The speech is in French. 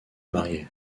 marier